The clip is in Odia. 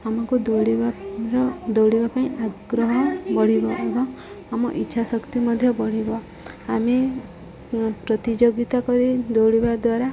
ଆମକୁ ଦୌଡ଼ିବାର ଦୌଡ଼ିବା ପାଇଁ ଆଗ୍ରହ ବଢ଼ିବ ଏବଂ ଆମ ଇଚ୍ଛା ଶକ୍ତି ମଧ୍ୟ ବଢ଼ିବ ଆମେ ପ୍ରତିଯୋଗିତା କରି ଦୌଡ଼ିବା ଦ୍ୱାରା